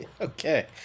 okay